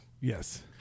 Yes